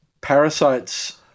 parasites